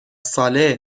ساله